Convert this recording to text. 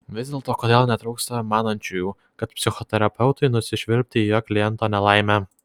vis dėlto kodėl netrūksta manančiųjų kad psichoterapeutui nusišvilpti į jo kliento nelaimę